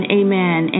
amen